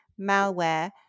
malware